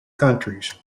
countries